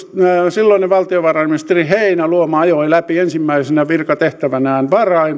silloinen valtiovarainministeri heinäluoma ajoi läpi ensimmäisenä virkatehtävänään